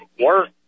Work